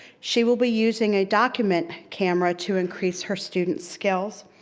she will be using a document camera to increase her students' skills.